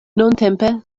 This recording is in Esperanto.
nuntempe